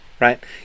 right